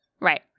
Right